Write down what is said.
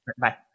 Bye